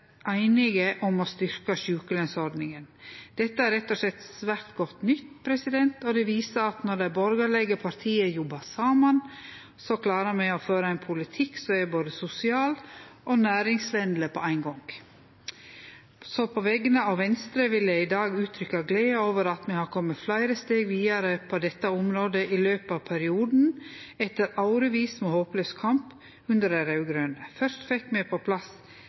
einige om å styrkje sjukelønsordninga. Dette er rett og slett svært godt nytt. Det viser at når dei borgarlege partia jobbar saman, klarar me å føre ein politikk som er både sosial og næringsvenleg på éin gong. På vegner av Venstre vil eg i dag uttrykkje glede over at me har kome fleire steg vidare på dette området i løpet av perioden, etter årevis med håplaus kamp under dei raud-grøne. Først fekk me på plass